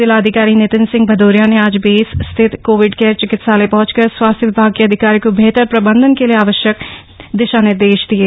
जिलाधिकारी नितिन सिंह भदौरिया ने आज बेस स्थित कोविड केयर चिकित्सालय पहॅचकर स्वास्थ्य विभाग के अधिकारियों को बेहतर प्रबन्धन के लिये आवश्यक दिशा निर्देश दिये